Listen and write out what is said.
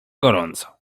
gorąco